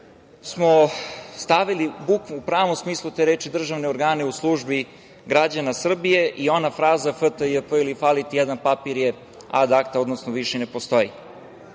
smo stavili u pravom smislu te reči državne organe u službi građana Srbije i ona fraza FTJP ili „fali ti jedan papir“ je ad akta, odnosno više ne postoji. Takođe,